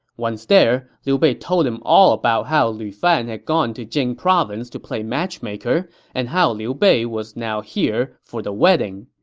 once there, liu bei told him all about how lu fan had gone to jing province to play matchmaker and how liu bei was now here for the wedding.